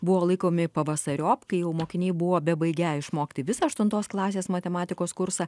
buvo laikomi pavasariop kai jau mokiniai buvo bebaigią išmokti visą aštuntos klasės matematikos kursą